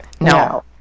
no